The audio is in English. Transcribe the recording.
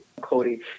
Cody